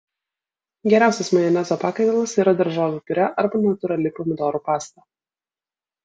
geriausias majonezo pakaitalas yra daržovių piurė arba natūrali pomidorų pasta